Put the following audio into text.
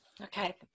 Okay